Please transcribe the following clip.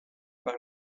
par